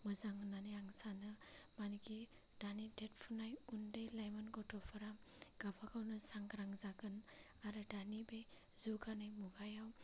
मोजां होननानै आं सानो मानिखि दानि देरफुनाय उन्दै लाइमोन गथ'फोरा गाबा गावनो सांग्रा जागोन आरो दानि बे जौगानाय मुगायाव